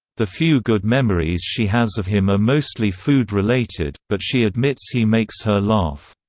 the few good memories she has of him are mostly food-related, but she admits he makes her laugh.